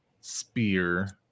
spear